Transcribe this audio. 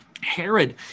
Herod